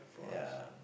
ya